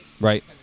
Right